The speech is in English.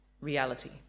reality